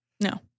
No